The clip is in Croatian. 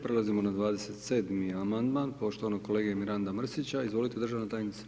Prelazimo na 27. amandman poštovanog kolege Miranda Mrsića, izvolite državna tajnice.